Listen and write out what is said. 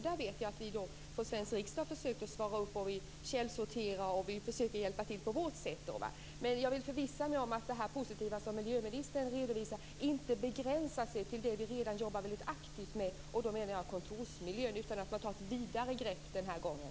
Där vet jag att vi från Sveriges riksdag har försökt svara upp - vi källsorterar och vi försöker hjälpa till på vårt sätt - men jag vill förvissa mig om att det här positiva som miljöministern redovisar inte begränsar sig till det vi redan jobbar väldigt aktivt med, och då menar jag kontorsmiljön, utan att man tar ett vidare grepp den här gången.